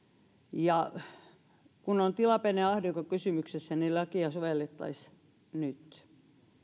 ja kun on tilapäinen ahdinko kysymyksessä niin lakia sovellettaisiin nyt